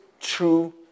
true